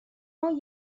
اون